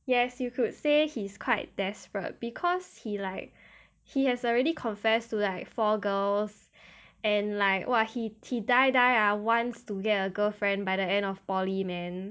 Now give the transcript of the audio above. yes you could say he is quite desperate because he like he has already confessed to like four girls and like !wah! he die die wants to get a girlfriend by the end of poly man